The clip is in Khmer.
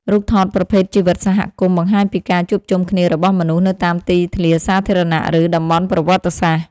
រូបថតប្រភេទជីវិតសហគមន៍ បង្ហាញពីការជួបជុំគ្នារបស់មនុស្សនៅតាមទីធ្លាសាធារណៈ ឬតំបន់ប្រវត្តិសាស្ត្រ។